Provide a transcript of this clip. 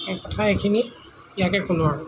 কথা এইখিনিয়েই ইয়াকে ক'লোঁ আৰু